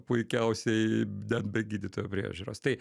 puikiausiai be be gydytojo priežiūros tai